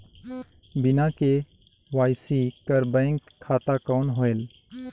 बिना के.वाई.सी कर बैंक खाता कौन होएल?